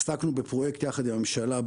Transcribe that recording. עסקנו בפרויקט יחד עם הממשלה,